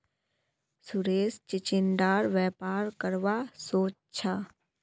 सुरेश चिचिण्डार व्यापार करवा सोच छ